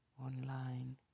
Online